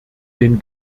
den